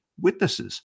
witnesses